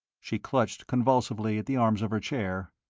she clutched convulsively at the arms of her chair.